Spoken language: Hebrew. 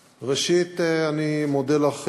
ראשית, אני מודה לך,